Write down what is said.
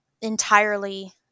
entirely